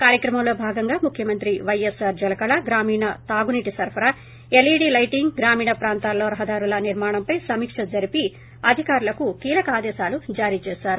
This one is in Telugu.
కార్యక్రమంలో భాగంగా ముఖ్యమంత్రి వైఎస్పార్ జలకళ గ్రామీణ తాగునీటి సరఫరా ఎల్ఈడీ లైటింగ్ గ్రామీణ ప్రాంతాల్లో రహదారుల నిర్మాణంపై సమీక్ష జరిపి అధికారులకు కీలక ఆదేశాలు జారీ చేశారు